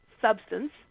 substance